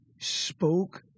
spoke